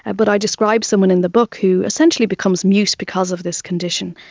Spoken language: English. ah but i describe someone in the book who essentially becomes mute because of this condition,